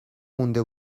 مونده